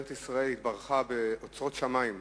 ארץ-ישראל התברכה באוצרות שמים,